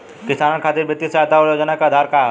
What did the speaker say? किसानन खातिर वित्तीय सहायता और योजना क आधार का ह?